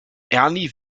ernie